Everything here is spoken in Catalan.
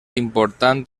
important